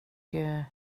hur